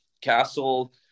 Castle